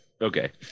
Okay